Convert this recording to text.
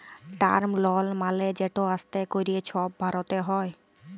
term লল মালে যেট আস্তে ক্যরে ছব ভরতে হ্যয়